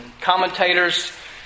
commentators